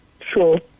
Sure